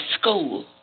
school